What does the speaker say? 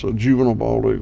so juvenile bald eagle